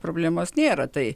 problemos nėra tai